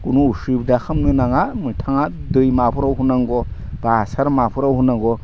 कुनु असुबिदा खालामनो नाङा आं थाङा दैमाफोराव होनांगौ बा आसार माफोराव होनांगौ